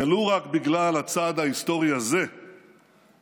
ולו רק בגלל הצעד ההיסטורי הזה בן-גוריון